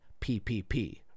PPP